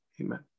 Amen